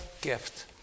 gift